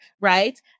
Right